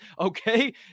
Okay